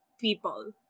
people